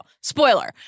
spoiler